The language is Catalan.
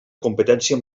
competència